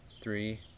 Three